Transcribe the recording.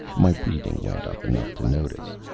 my breathing went up enough to notice.